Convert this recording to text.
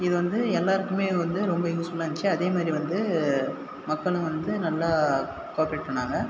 இது வந்து எல்லோருக்குமே வந்து ரொம்ப யூஸ்ஃபுல்லாக இருந்துச்சி அதே மாதிரி வந்து மக்களும் வந்து நல்லா கோப்ரேட் பண்ணுணாங்க